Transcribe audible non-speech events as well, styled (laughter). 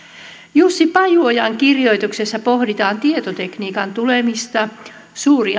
jussi pajuojan kirjoituksessa pohditaan tietotekniikan tulemista suuri (unintelligible)